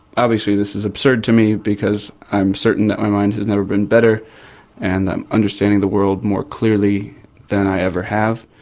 obviously this is absurd to me because i'm certain that my mind has never been better and i'm understanding the world more clearly than i ever have.